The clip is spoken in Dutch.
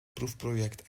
proefproject